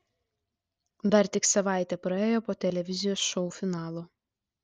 dar tik savaitė praėjo po televizijos šou finalo